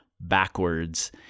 backwards